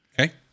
Okay